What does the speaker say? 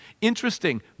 Interesting